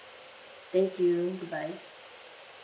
thank you bye bye